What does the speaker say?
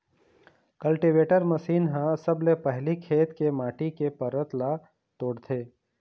cultivator machine ह सबले पहिली खेत के माटी के परत ल तोड़थे